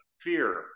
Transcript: fear